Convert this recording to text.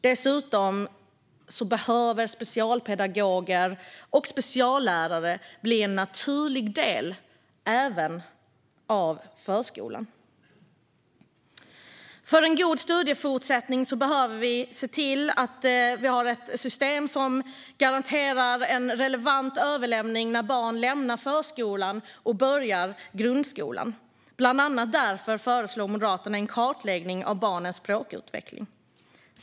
Dessutom behöver specialpedagoger och speciallärare bli en naturlig del även av förskolan. För en god studiefortsättning behöver vi se till att vi har ett system som garanterar en relevant överlämning när barn lämnar förskolan och börjar grundskolan. Bland annat därför föreslår Moderaterna en kartläggning av barnens språkutveckling.